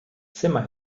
zimmer